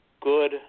Good